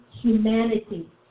humanity